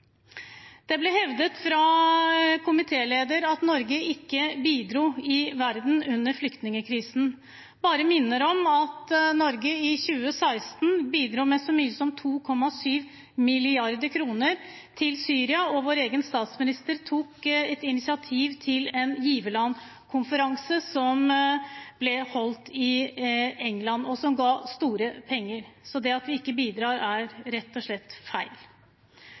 Det ble hevdet fra komitélederen at Norge ikke bidro i verden under flyktningkrisen. Jeg bare minner om at Norge i 2016 bidro med så mye som 2,7 mrd. kr til Syria, og vår egen statsminister tok initiativ til en giverlandskonferanse som ble holdt i England, og som ga store penger. Så det at vi ikke bidrar, er rett og slett feil.